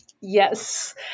Yes